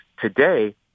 today